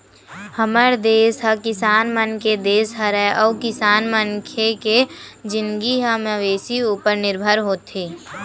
हमर देस ह किसान मन के देस हरय अउ किसान मनखे के जिनगी ह मवेशी उपर निरभर होथे